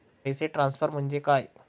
पैसे ट्रान्सफर म्हणजे काय?